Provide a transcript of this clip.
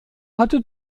hatte